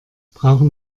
brauchen